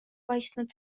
paistnud